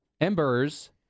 Ember's